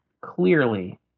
clearly